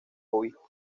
obispo